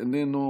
איננו,